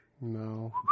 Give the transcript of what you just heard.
No